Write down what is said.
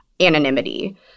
anonymity